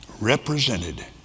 represented